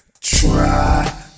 Try